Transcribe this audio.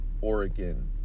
Oregon